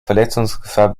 verletzungsgefahr